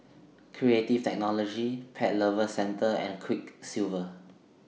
Creative Technology Pet Lovers Centre and Quiksilver